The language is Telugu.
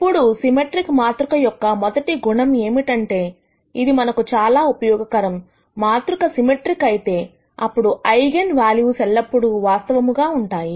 ఇప్పుడు సిమెట్రిక్ మాతృక యొక్క మొదటి గుణం ఏమిటంటే ఇది మనకు చాలా ఉపయోగకరం మాతృక సిమెట్రిక్ అయితే అప్పుడు ఐగన్ వాల్యూస్ ఎల్లప్పుడూ వాస్తవముగా ఉంటాయి